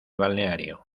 balneario